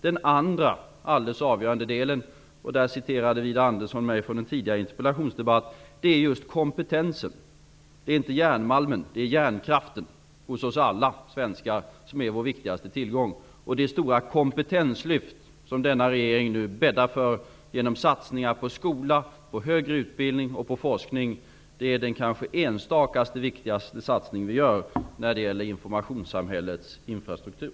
Den andra alldeles avgörande delen, där Widar Andersson citerade mig från en tidigare interpellationsdebatt, är kompetensen. Det är inte järnmalmen utan hjärnkraften hos alla oss svenskar som är vår viktigaste tillgång. Det stora kompetenslyft som regeringen nu bäddar för genom satsningar på skola, högre utbildning och forskning är kanske den viktigaste enstaka satsning som vi gör för informationssamhällets infrastruktur.